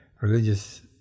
religious